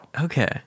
Okay